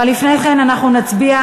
אבל לפני כן אנחנו נצביע,